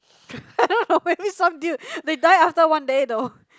they die after one day though